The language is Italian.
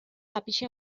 apice